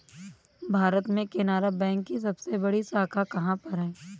भारत में केनरा बैंक की सबसे बड़ी शाखा कहाँ पर है?